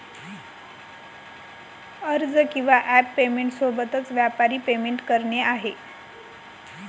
अर्ज किंवा app payment सोबतच, व्यापारी पेमेंट करणे आहे